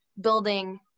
building